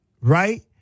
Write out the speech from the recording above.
right